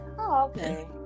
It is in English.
okay